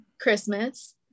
Christmas